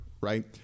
right